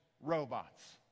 robots